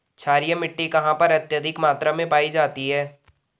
क्षारीय मिट्टी कहां पर अत्यधिक मात्रा में पाई जाती है?